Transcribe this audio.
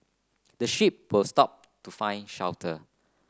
the sheep will stop to find shelter